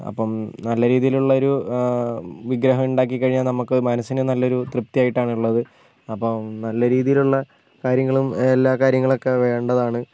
അപ്പം നല്ല രീതിയിൽ ഉള്ള ഒരു വിഗ്രഹം ഉണ്ടാക്കി കഴിഞ്ഞാൽ നമുക്ക് മനസ്സിന് നല്ല ഒരു തൃപ്തി ആയിട്ടാണ് ഉള്ളത് അപ്പം നല്ല രീതിയിലുള്ള കാര്യങ്ങളും എല്ലാ കാര്യങ്ങളും ഒക്കെ വേണ്ടതാണ്